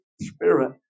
Spirit